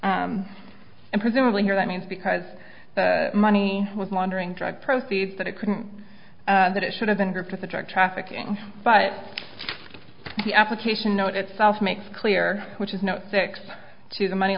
counts and presumably here that means because the money laundering drug proceeds that it couldn't that it should have been grouped with the drug trafficking but the application note itself makes clear which is no six to the money